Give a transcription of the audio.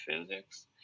physics